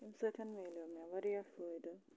اَمہِ سۭتۍ مِلیو مےٚ واریاہ فٲیدٕ